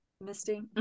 Misty